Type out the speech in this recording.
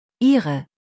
Ihre